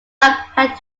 had